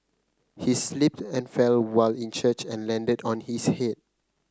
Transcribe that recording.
he slipped and fell while in church and landed on his head